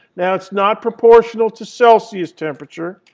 now, it's not proportional to celsius temperature.